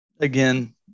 again